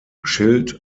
schild